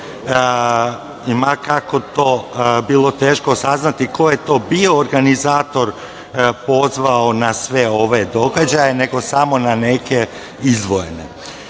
ma kako to bilo teško saznati ko je to bio organizator, pozvao na sve ove događaje, nego samo na neke